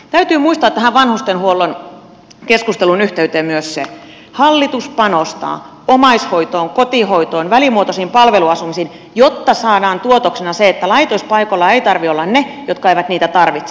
täytyy muistaa tähän vanhustenhuollon keskustelun yhteyteen myös se että hallitus panostaa omaishoitoon kotihoitoon välimuotoisiin palveluasumisiin jotta saadaan tuotoksena se että laitospaikoilla ei tarvitse olla niiden jotka eivät niitä tarvitse